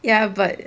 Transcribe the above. ya but